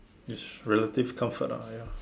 it's relative comfort ah ya